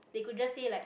they could just say like